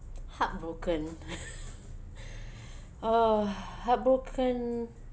heartbroken oh heartbroken